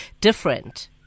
different